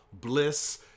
bliss